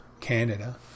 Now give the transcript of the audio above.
Canada